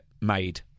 made